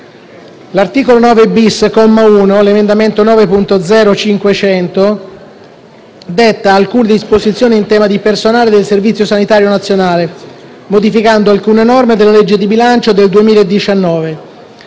L'articolo 9*-bis*, comma 1 (emendamento 9.0.500 (testo 2)), detta alcune disposizioni in tema di personale del Servizio sanitario nazionale, modificando alcune norme della legge di bilancio per il 2019.